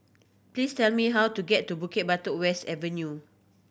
please tell me how to get to Bukit Batok West Avenue